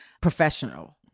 professional